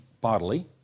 bodily